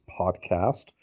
podcast